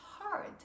hard